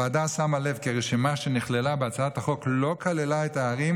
הוועדה שמה לב כי הרשימה שנכללה בהצעת החוק לא כללה את הערים